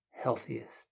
healthiest